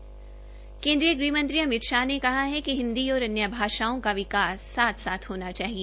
केन्द्रीय गृहमंत्री अमित शाह ने कहा है कि हिन्दी और अन्य भाषाओं का विकास साथ साथ होना चाहिए